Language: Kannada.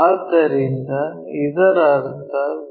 ಆದ್ದರಿಂದ ಇದರರ್ಥ ವಿ